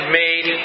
made